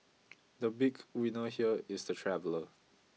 the big winner here is the traveller